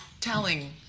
telling